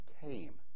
came